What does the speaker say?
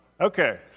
okay